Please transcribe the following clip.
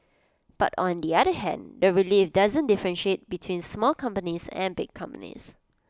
but on the other hand the relief doesn't differentiate between small companies and big companies